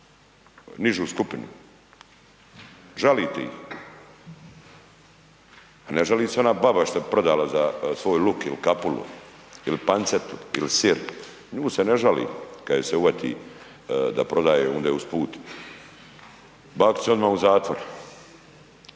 nižu skupinu, žalite ih. A ne žali se ona baba što je prodala za svoj luk ili kapulu, ili pancetu, ili sir nju se ne žali kada je se uhvati da prodaje ondje uz put. Bakica odmah u zatvor.